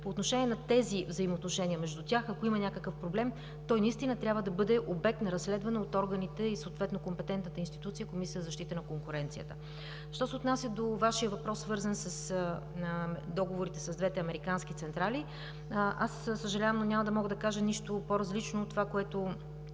По отношение на тези взаимоотношения между тях, ако има някакъв проблем, той наистина трябва да бъде обект на разследване от органите и съответно компетентната институция – Комисията за защита на конкуренцията. Що се отнася до Вашия въпрос, свързан с договорите с двете американски централи, съжалявам, но няма да мога да кажа нищо по-различно от това, което